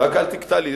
רק אל תקטע לי.